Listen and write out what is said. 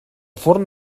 forn